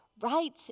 right